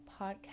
podcast